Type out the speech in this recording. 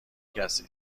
کسی